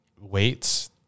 weights